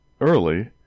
early